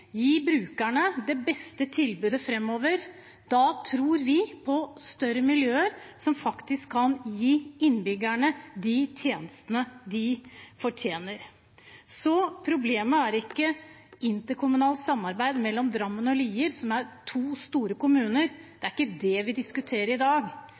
gi brukerne det beste tilbudet framover? Vi tror på større miljøer som faktisk kan gi innbyggerne de tjenestene de fortjener. Problemet er ikke interkommunalt samarbeid mellom Drammen og Lier, som er to store kommuner. Det er ikke det vi diskuterer i dag.